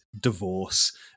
divorce